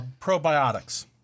probiotics